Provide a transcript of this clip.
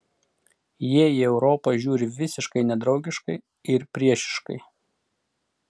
jie į europą žiūri visiškai nedraugiškai ir priešiškai